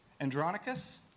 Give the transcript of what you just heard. Andronicus